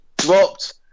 dropped